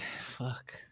Fuck